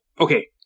okay